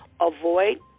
avoid